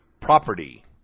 Property